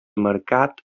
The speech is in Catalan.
marcat